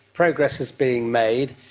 progress is being made,